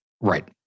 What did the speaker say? Right